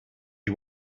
you